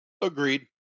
Agreed